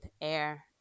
air